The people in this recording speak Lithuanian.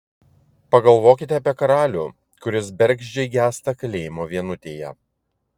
pagalvokite apie karalių kuris bergždžiai gęsta kalėjimo vienutėje